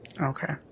Okay